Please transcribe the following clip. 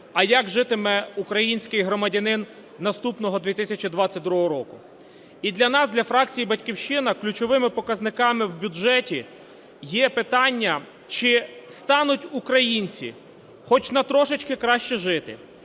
а як житиме український громадянин наступного 2022 року. І для нас, для фракції "Батьківщина", ключовими показниками в бюджеті є питання, чи стануть українці хоч на трошечки краще жити,